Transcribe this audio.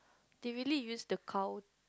they really use the cow